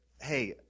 hey